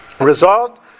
resolved